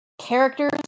characters